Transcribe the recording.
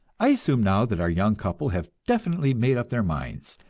i assume now that our young couple have definitely made up their minds,